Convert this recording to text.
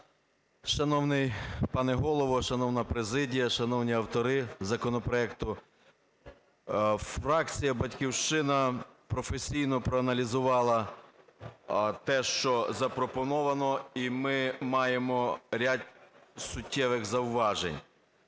Шановний пане Голово! Шановна президія! Шановні автори законопроекту! Фракція "Батьківщина" професійно проаналізувала те, що запропоновано, і ми маємо ряд суттєвих зауважень.